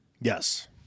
Yes